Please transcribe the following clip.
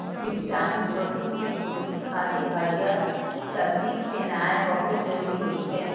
vitamin, protein के पूर्ति खातिर हरियर सब्जी खेनाय बहुत जरूरी होइ छै